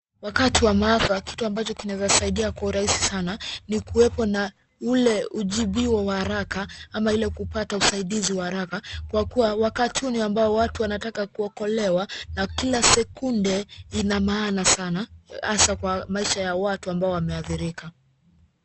Wakati wa maafa kitu ambacho kinaweza saidia kwa urahisi sana ni kuwepo na ule ujibio wa haraka ama ile kupata usaidizi wa haraka kwa kuwa wakati huu ni ambao watu wanataka kuokolewa na kila sekunde ina maana sana hasa kwa maisha ya watu ambao wameadhirika.